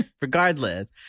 regardless